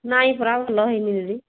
ନାଇଁ ପରା ଭଲ ହେଇନି ବୋଲି